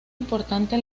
importante